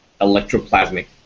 electroplasmic